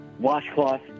Washcloth